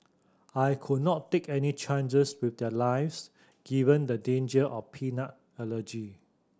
I could not take any chances with their lives given the danger of peanut allergy